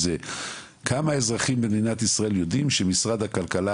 כמה אזרחים במדינת ישראל יודעים שמשרד הכלכלה,